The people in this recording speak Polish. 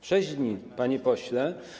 W 6 dni, panie pośle.